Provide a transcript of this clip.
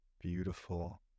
beautiful